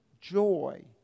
joy